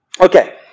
Okay